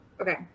Okay